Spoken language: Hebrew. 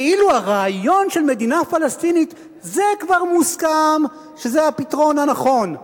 כאילו הרעיון של מדינה פלסטינית זה כבר מוסכם שהוא הפתרון הנכון,